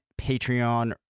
Patreon